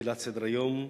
בתחילת סדר-היום.